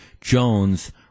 Jones